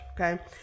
okay